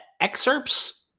excerpts